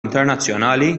internazzjonali